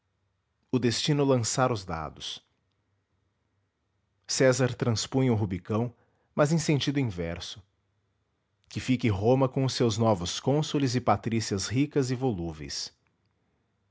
o destino lançara os dados césar transpunha o rubicão mas em sentido inverso que fique roma com os seus novos cônsules e patrícias ricas e volúveis